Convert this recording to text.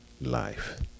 life